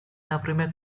например